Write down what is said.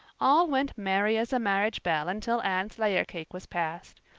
all went merry as a marriage bell until anne's layer cake was passed.